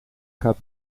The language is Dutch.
gaat